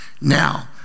now